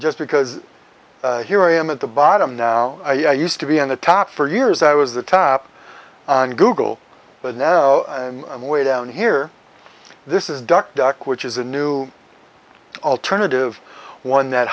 just because here i am at the bottom now i used to be on the top for years i was the top on google but now i'm way down here this is duck duck which is a new alternative one that